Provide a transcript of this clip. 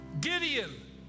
Gideon